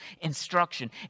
instruction